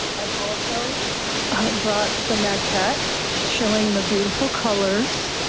i've also brought the maquette showing the beautiful colors.